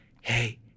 hey